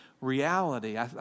reality